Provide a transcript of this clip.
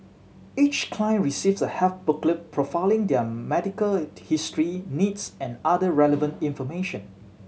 each client receives a health booklet profiling their medical history needs and other relevant information